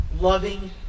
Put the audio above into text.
loving